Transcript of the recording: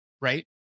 right